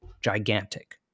gigantic